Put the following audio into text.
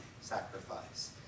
sacrifice